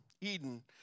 Eden